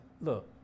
look